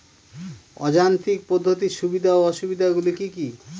অযান্ত্রিক পদ্ধতির সুবিধা ও অসুবিধা গুলি কি কি?